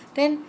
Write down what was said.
then